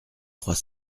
trois